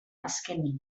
azkenik